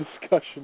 discussion